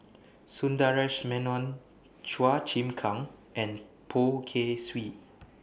Sundaresh Menon Chua Chim Kang and Poh Kay Swee